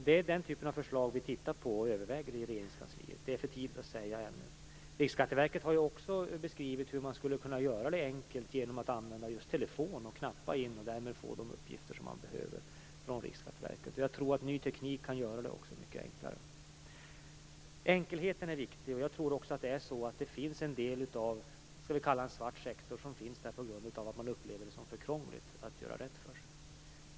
Det är den typen av förslag vi tittar på och överväger i Regeringskansliet. Det är för tidigt att säga något annat ännu. Riksskatteverket har också beskrivit hur man skulle kunna göra det enkelt genom att använda telefon och knappa in de uppgifter som Riksskatteverket behöver, och jag tror att ny teknik också kan göra det mycket enklare. Enkelheten är viktig. Jag tror att en del av den s.k. svarta sektorn finns där på grund av att man upplever det som för krångligt att göra rätt för sig.